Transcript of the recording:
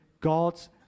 God's